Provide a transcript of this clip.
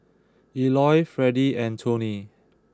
Eloy Fredy and Toney